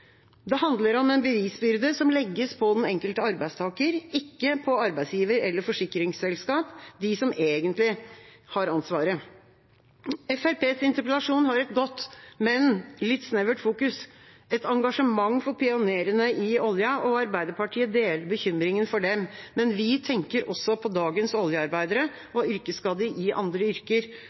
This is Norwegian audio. Det handler om en bevisbyrde som legges på den enkelte arbeidstaker, ikke på arbeidsgiver eller forsikringsselskap, som egentlig har ansvaret. Fremskrittspartiets interpellasjon har et godt, men litt snevert fokus – et engasjement for pionerene i olja. Arbeiderpartiet deler bekymringen for dem, men vi tenker også på dagens oljearbeidere og yrkesskadde i andre yrker.